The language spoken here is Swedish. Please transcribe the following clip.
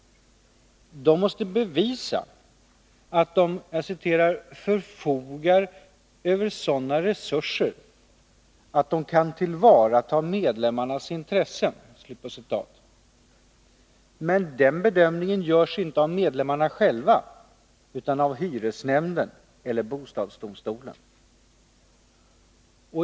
De måste bevisa att de ”förfogar över sådana resurser att de kan tillvarata medlemmarnas intressen”. Men den bedömningen görs inte av medlemmarna själva utan av hyresnämnden eller bostadsdomstolen.